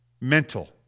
mental